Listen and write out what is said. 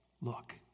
look